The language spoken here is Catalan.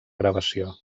gravació